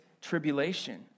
tribulation